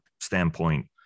standpoint